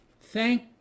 thank